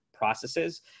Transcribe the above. Processes